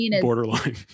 borderline